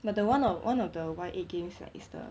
but the one of one of the one Y eight game is the